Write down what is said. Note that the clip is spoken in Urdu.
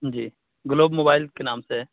جی گلوب موبائل کے نام سے ہے